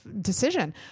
decision